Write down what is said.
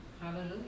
hallelujah